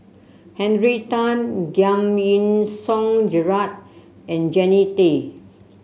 Henry Tan Giam Yean Song Gerald and Jannie Tay